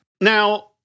Now